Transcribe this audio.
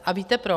A víte proč?